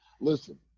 listen